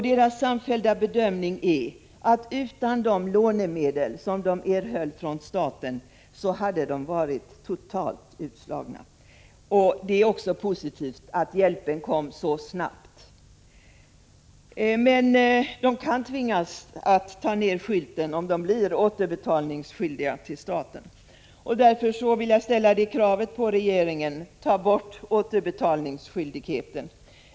Deras samfällda bedömning är att de hade varit totalt utslagna utan de lånemedel som de erhöll från staten. Det är också positivt att hjälpen kom så snabbt. Men de drabbade företagarna kan tvingas ”ta ner skylten” om de blir skyldiga att återbetala medlen till staten. Därför ställer jag kravet på regeringen: Ta bort återbetalningsskyldigheten!